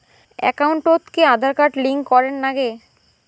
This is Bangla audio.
একাউন্টত কি আঁধার কার্ড লিংক করের নাগে?